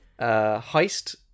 heist